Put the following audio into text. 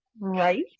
right